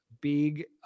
big